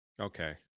Okay